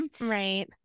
Right